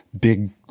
big